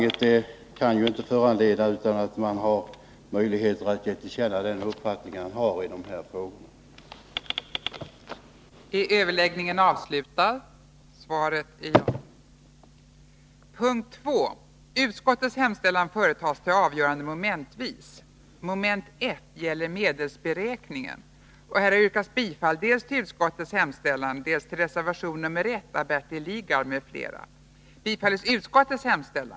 Detta resonemang kan inte föranleda annan kommentar än att man har möjlighet att ge regeringen till känna den uppfattning man har i denna fråga.